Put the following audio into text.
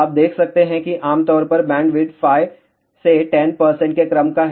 आप देख सकते हैं कि आमतौर पर बैंडविड्थ 5 से 10 के क्रम का है